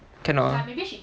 cannot ah